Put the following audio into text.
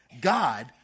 God